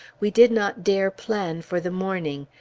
we did not dare plan for the morning,